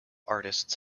artists